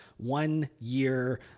one-year